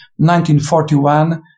1941